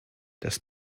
das